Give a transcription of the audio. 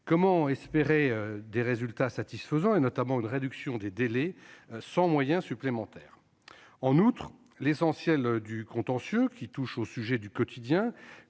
Comment espérer des résultats satisfaisants, notamment une réduction des délais, sans moyens supplémentaires ? En outre, l'essentiel du contentieux, qui touche aux sujets du « quotidien